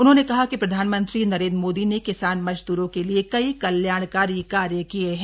उन्होंने कहा कि प्रधानमंत्री नरेन्द्र मोदी ने किसान मजदूरों के लिएं कई कल्याणकारी कार्य किये हैं